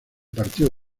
partido